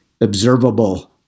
observable